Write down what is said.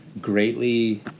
greatly